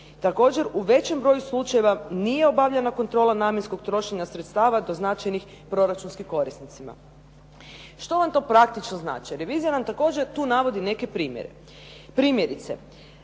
Također, u većem broju slučajeva nije obavljena kontrola namjenskog trošenja sredstava, to znači ni proračunskim korisnicima." Što vam to praktično znači? Revizija nam također tu navodi neke primjere.